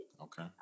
Okay